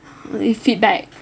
feedback